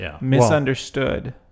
misunderstood